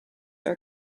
are